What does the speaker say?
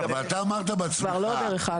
אתה אמרת בעצמך,